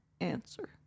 answer